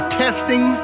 testing